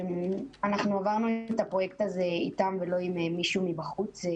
אנחנו עברנו את הפרויקט הזה איתם ולא עם מישהו מבחוץ.